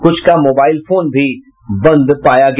कुछ का mobile phone भी बंद पाया गया